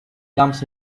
comes